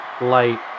light